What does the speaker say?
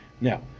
Now